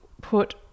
put